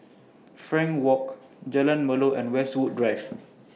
Frankel Walk Jalan Melor and Westwood Drive